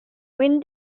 when